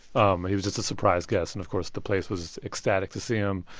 um he was just a surprise guest and, of course, the place was ecstatic to see him.